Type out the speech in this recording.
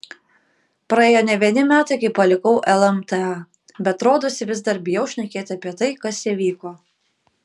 praėjo ne vieni metai kai palikau lmta bet rodosi vis dar bijau šnekėti apie tai kas įvyko